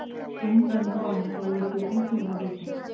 कोणकोणत्या बँका यू.पी.आय सेवा देतात?